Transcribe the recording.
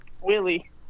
willie